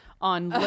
on